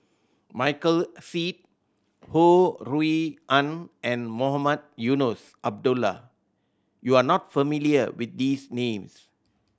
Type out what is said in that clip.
Michael Seet Ho Rui An and Mohamed Eunos Abdullah you are not familiar with these names